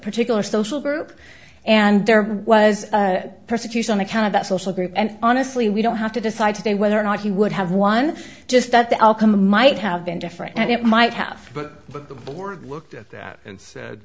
particular social group and there was persecution on account of that social group and honestly we don't have to decide today whether or not he would have won just that the alchemy might have been different and it might have but the board looked at that and said